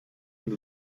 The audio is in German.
mit